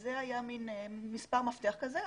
זה היה מספר מפתח כזה,